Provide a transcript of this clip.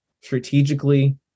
strategically